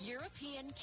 European